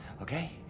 okay